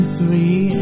three